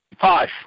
Five